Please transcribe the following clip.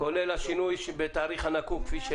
כולל השינוי של התאריך הנקוב?